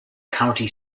county